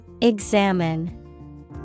Examine